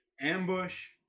Ambush